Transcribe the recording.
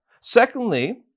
Secondly